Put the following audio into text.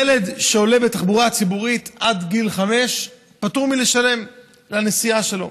ילד שעולה לתחבורה הציבורית עד גיל חמש פטור מלשלם על הנסיעה שלו.